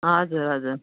हजुर हजुर